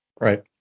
right